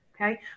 okay